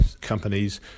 companies